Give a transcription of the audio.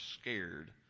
scared